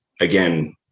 again